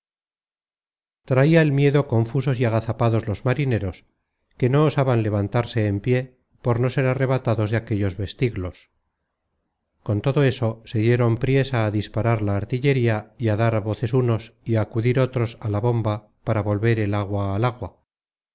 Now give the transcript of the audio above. traia el miedo confusos y agazapados los marineros que no osaban levantarse en pié por no ser arrebatados de aquellos vestiglos con todo eso se dieron priesa á disparar la artillería y á dar voces unos y á acudir otros á la bomba para volver el agua al agua